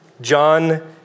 John